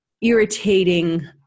irritating